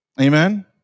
Amen